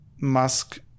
Musk